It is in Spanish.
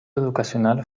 educacional